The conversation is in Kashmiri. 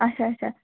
اَچھا اَچھا